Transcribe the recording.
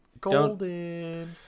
Golden